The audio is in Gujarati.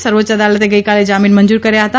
સર્વોચ્ય અદાલતે ગઇકાલે જામીન મંજુર કર્યા હતા